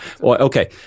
Okay